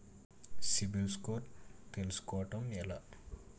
CIBIL score తెల్సుకోటం ఎలా?